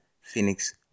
Phoenix